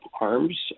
arms